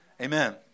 Amen